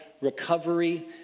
recovery